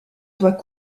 doit